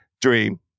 Dream